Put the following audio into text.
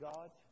God